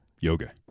Yoga